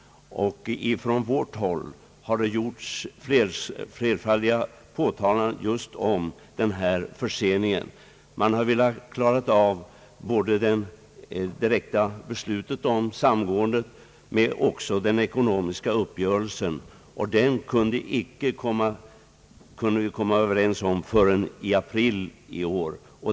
Från vårt håll har vi flerfaldiga gånger påtalat just denna försening. Man har dock velat klara av både det direkta beslutet om samgåendet och den ekonomiska uppgörelsen. Den senare kunde vi icke komma överens om förrän i april i år.